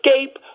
escape